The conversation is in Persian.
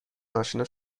اشنا